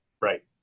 Right